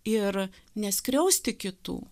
ir neskriausti kitų